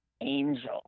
angel